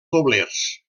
doblers